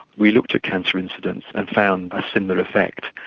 we looked at cancer incidence and found a similar effect.